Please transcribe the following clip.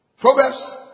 Proverbs